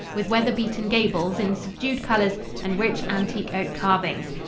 with weather-beaten gables in subdued colors and rich antique oak carvings.